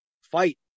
fight